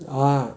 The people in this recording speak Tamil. ஆ